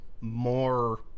more